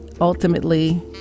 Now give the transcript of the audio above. ultimately